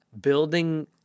building